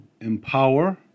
Empower